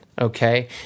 Okay